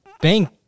Bank